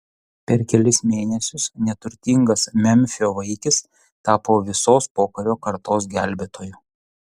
per kelis mėnesius neturtingas memfio vaikis tapo visos pokario kartos gelbėtoju